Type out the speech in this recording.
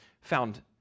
found